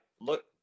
look